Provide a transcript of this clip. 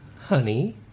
Honey